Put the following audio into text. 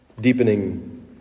Deepening